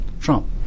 Trump